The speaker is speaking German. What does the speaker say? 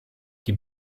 die